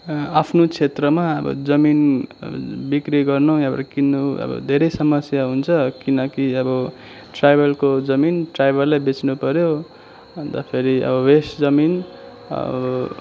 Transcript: आफ्नो क्षेत्रमा अब जमिन बिक्री गर्नु या किन्नु अब धेरै समस्या हुन्छ किनकि अब ट्राइबेलको जमिन ट्राइबेललाई बेच्नुपर्यो अन्त फेरि अब वेस्ट जमिन अब